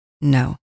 no